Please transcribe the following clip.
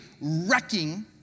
wrecking